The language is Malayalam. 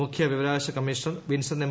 മുഖ്യ വിവരാവകാശ കമ്മീഷണർ വിൻസൻ എം